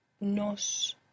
Nos